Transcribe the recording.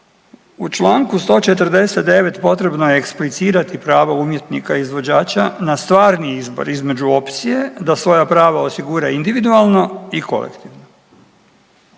U članku 149. potrebno je eksplicirati pravo umjetnika izvođača na stvarni izbor između opcije da svoja prava osigura individualno i kolektivno.